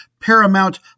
Paramount